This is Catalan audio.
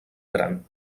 gran